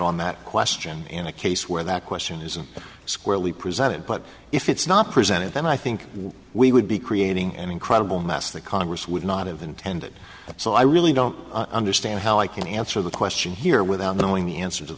on that question in a case where that question isn't squarely presented but if it's not presented then i think we would be creating an incredible mess the congress would not have intended so i really don't understand how i can answer the question here without knowing the answer